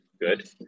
good